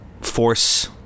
force